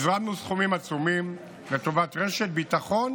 הזרמנו סכומים עצומים לטובת רשת ביטחון